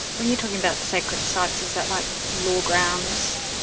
when you're talking about sacred sites, is that like law grounds?